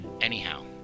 Anyhow